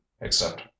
except